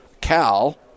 Cal